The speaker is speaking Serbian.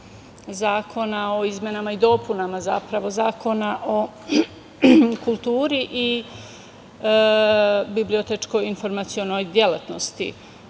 zakona o izmenama i dopunama Zakona o kulturi i bibliotečko-informacionoj delatnosti. Kada